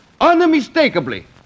unmistakably